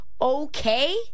okay